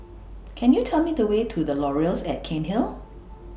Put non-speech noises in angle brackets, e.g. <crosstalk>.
Can YOU Tell Me The Way to The Laurels At Cairnhill <noise>